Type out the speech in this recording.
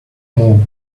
move